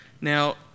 Now